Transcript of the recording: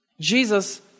Jesus